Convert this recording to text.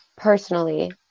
personally